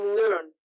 learn